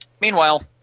Meanwhile